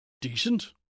Decent